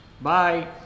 Bye